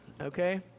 okay